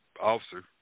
officer